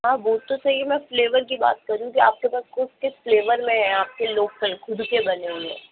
हाँ वो तो सही है मैं फ़्लेवर की बात कर रही हूँ कि आपके पास ख़ुद के फ़्लेवर में है आपके लोकल ख़ुद के बने हुए